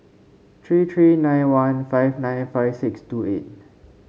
three three nine one five nine five six two eight